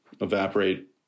evaporate